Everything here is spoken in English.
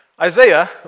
Isaiah